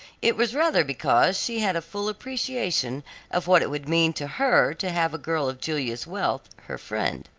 it was rather because she had a full appreciation of what it would mean to her to have a girl of julia's wealth her friend.